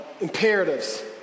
imperatives